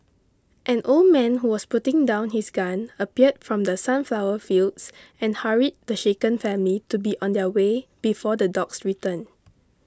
an old man who was putting down his gun appeared from the sunflower fields and hurried the shaken family to be on their way before the dogs return